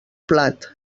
plat